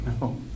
No